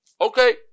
Okay